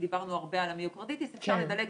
דיברנו הרבה על המיוקרדיטיס, אפשר לדלג.